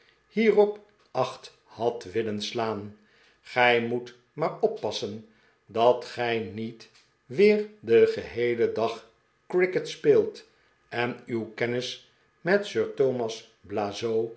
hierop acht had willen slaan gij moet maar oppassen dat gij niet weer den geheelen dag cricket speelt en uw kennis met sir thomas blazo